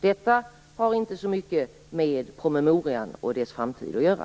Detta har inte så mycket med promemorian och dess framtid att göra.